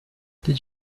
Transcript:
did